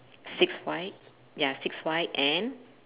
six white ya six white and